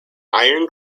iron